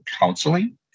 counseling